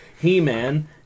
He-Man